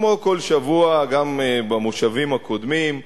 כמו כל שבוע גם במושבים הקודמים,